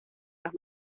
los